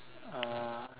uh